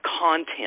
content